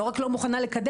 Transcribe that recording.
לא רק לא מוכנה לקדם,